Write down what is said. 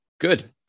Good